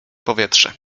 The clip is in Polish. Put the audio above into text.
powietrze